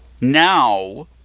now